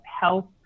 health